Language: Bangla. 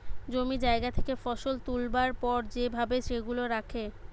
জমি জায়গা থেকে ফসল তুলবার পর যে ভাবে সেগুলা রাখে